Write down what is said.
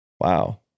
wow